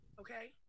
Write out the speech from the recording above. okay